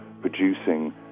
producing